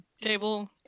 table